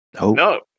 No